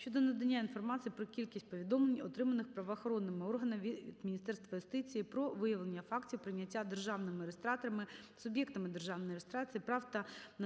щодо надання інформації про кількість повідомлень, отриманих правоохоронними органами від Міністерства юстиції України про виявлення фактів прийняття державними реєстраторами, суб'єктами державної реєстрації прав та нотаріусами